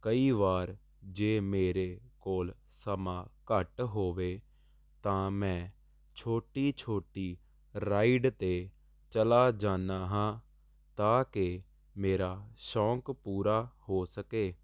ਕਈ ਵਾਰ ਜੇ ਮੇਰੇ ਕੋਲ ਸਮਾਂ ਘੱਟ ਹੋਵੇ ਤਾਂ ਮੈਂ ਛੋਟੀ ਛੋਟੀ ਰਾਈਡ 'ਤੇ ਚਲਾ ਜਾਂਦਾ ਹਾਂ ਤਾਂ ਕਿ ਮੇਰਾ ਸ਼ੌਂਕ ਪੂਰਾ ਹੋ ਸਕੇ